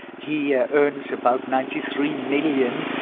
he earns about ninety three million